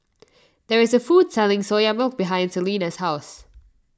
there is a food court selling Soya Milk behind Celena's house